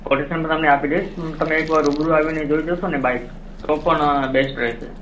quotation પણ તમને આપી દઈશ હું તમે એકવાર રૂબરૂ આવીને જોઈ જશો ને બાઇક તો પણ બેસ્ટ રહેશે